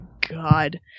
god